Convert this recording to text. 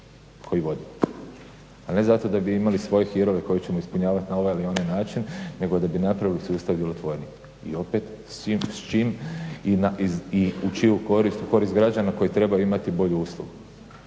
koji vodimo a ne zato da bi imali svoje hirove koje ćemo ispunjavati na ovaj ili onaj način nego da bi napravili sustav djelotvornijim. I opet s čim i u čiju korist? U korist građana koji trebaju imati bolju uslugu.